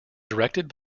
directed